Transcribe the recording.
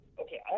okay